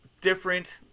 different